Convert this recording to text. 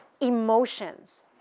emotions